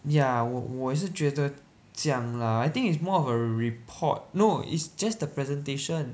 ya 我我是觉得这样 lah I think it's more of a report no it's just the presentation